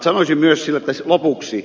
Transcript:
sanoisin myös lopuksi